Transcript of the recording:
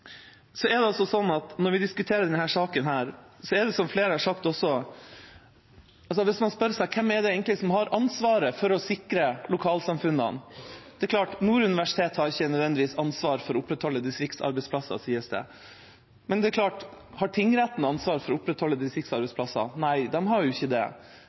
som flere har sagt, sånn at hvis man spør seg hvem det egentlig er som har ansvaret for å sikre lokalsamfunnene, er det klart at Nord universitet ikke nødvendigvis har ansvar for å opprettholde distriktsarbeidsplasser. Men har tingretten ansvar for å opprettholde distriktsarbeidsplasser? Nei, de har jo ikke det. Politiet sier de ikke har ansvar for å opprettholde distriktsarbeidsplassene. Brønnøysundregistrene har ikke ansvar for å opprettholde distriktsarbeidsplassene. Eller når det